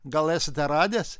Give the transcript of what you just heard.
gal esate radęs